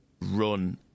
run